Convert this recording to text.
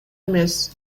эмес